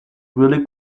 really